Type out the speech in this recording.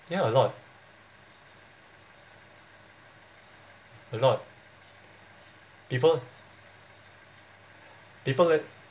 ya a lot a lot people people that